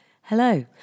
Hello